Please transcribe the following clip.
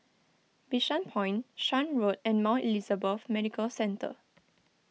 Bishan Point Shan Road and Mount Elizabeth Medical Centre